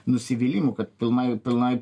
nusivylimu kad pilnai pilnai